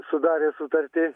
sudarė sutartį